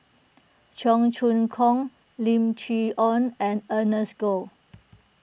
Cheong Choong Kong Lim Chee Onn and Ernest Goh